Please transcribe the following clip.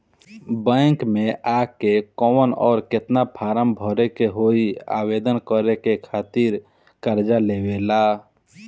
Bank मे आ के कौन और केतना फारम भरे के होयी आवेदन करे के खातिर कर्जा लेवे ला?